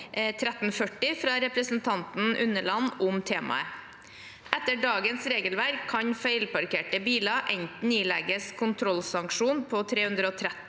1340 fra representanten Unneland om temaet. Etter dagens regelverk kan feilparkerte biler enten ilegges kontrollsanksjon på 330,